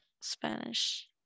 Spanish